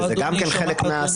והם גם כן חלק מההסתה.